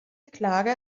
klage